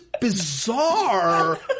bizarre